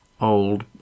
old